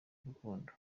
ry’urukundo